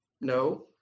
No